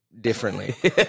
differently